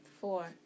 four